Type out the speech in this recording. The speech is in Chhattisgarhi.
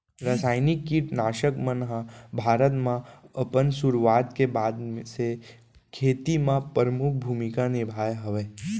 रासायनिक किट नाशक मन हा भारत मा अपन सुरुवात के बाद से खेती मा परमुख भूमिका निभाए हवे